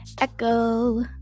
echo